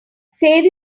save